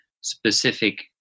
specific